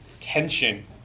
tension